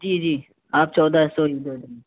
جی جی آپ چودہ سو ہی دے دینا